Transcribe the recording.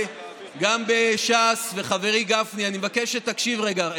גם בש"ס, וחברי גפני, אני מבקש שתקשיב רגע.